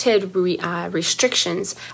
restrictions